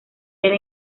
era